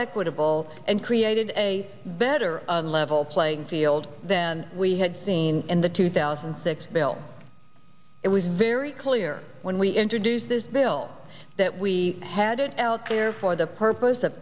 equitable and created a better level playing field than we had seen in the two thousand and six bill it was very clear when we introduced this bill that we had it out there for the purpose of